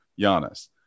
Giannis